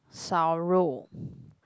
烧肉